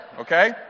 okay